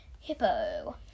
hippo